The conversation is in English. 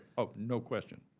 oh, no question.